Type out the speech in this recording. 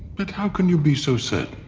like how can you be so certain?